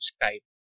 Skype